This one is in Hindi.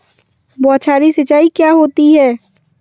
बौछारी सिंचाई क्या होती है?